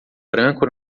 branco